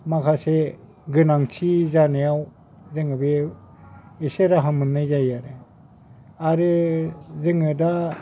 माखासे गोनांथि जानायाव जोङो बेयाव एसे राहा मोननाय जायो आरो आरो जोङो दा